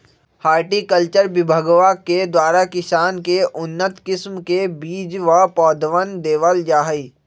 horticulture विभगवा के द्वारा किसान के उन्नत किस्म के बीज व पौधवन देवल जाहई